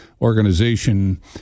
organization